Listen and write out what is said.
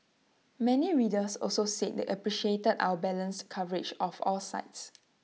many readers also said they appreciated our balanced coverage of all sides